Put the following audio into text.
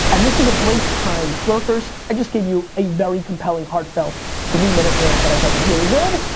and this is a great time, lurkers, i just gave you a very compelling heartfelt three-minute rant that i thought was really good.